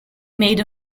made